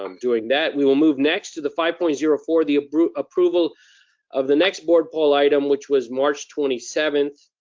um doing that. we will move next to the five point zero four, the approval approval of the next board poll item, which was march twenty seventh.